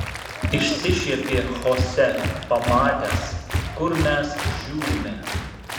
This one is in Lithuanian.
išsišiepė chose pamatęs kur mes žiūrime